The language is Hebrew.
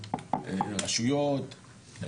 רשויות,